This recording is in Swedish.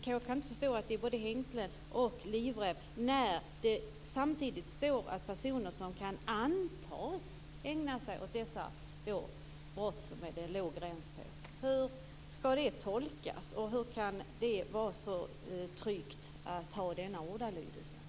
Jag kan inte förstå att det är både hängslen och livrem när det samtidigt står att det gäller personer som kan antas ägna sig åt dessa brott som det är låg gräns på. Hur skall det tolkas? Hur kan det vara så tryggt att ha denna ordalydelse?